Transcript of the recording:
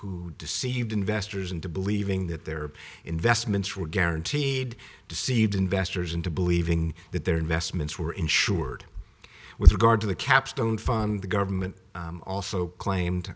who deceived investors into believing that their investments were guaranteed deceived investors into believing that their investments were insured with regard to the capstone fund the government also claimed